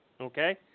Okay